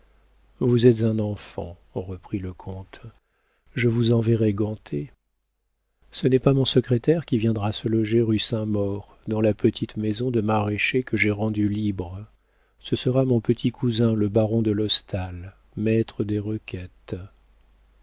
vous êtes un enfant reprit le comte je vous enverrai ganté ce n'est pas mon secrétaire qui viendra se loger rue saint-maur dans la petite maison de maraîcher que j'ai rendue libre ce sera mon petit cousin le baron de l'hostal maître des requêtes